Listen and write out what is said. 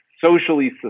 socially